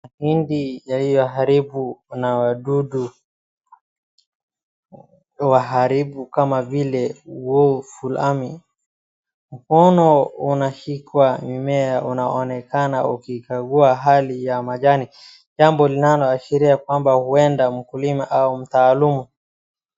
Mahindi yaliyoharibu na wadudu waharifu kama vile wovu fulani, mkono unashikwa mimea unaonekana ukikagua hali ya majani, jambo linaloashiria kwamba huenda kulima au mtaalum.